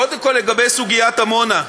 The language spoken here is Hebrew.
קודם כול, לגבי סוגיית עמונה,